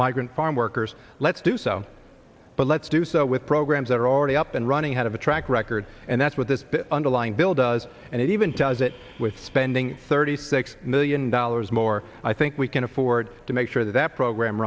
migrant farm workers let's do so but let's do so with programs that are already up and running ahead of a track record and that's what this underlying bill does and even does it with spending thirty six million dollars more i think we can afford to make sure that program